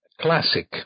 classic